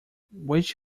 which